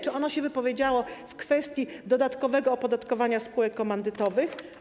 Czy ono się wypowiedziało w kwestii dodatkowego opodatkowania spółek komandytowych?